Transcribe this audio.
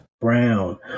brown